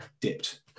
dipped